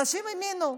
אנשים האמינו,